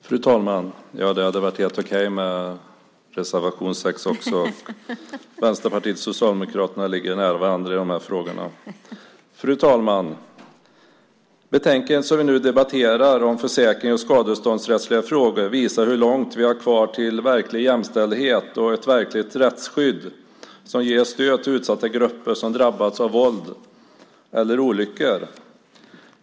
Fru talman! Det betänkande som vi nu debatterar om försäkrings och skadeståndsrättsliga frågor visar hur långt vi har kvar till verklig jämställdhet och ett verkligt rättsskydd som ger stöd till utsatta grupper som drabbats av våld eller olyckor.